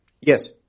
Yes